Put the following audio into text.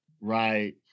right